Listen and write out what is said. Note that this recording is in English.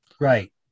right